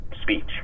speech